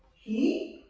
he